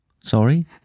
Sorry